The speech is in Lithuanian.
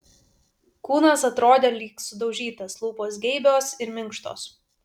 kūnas atrodė lyg sudaužytas lūpos geibios ir minkštos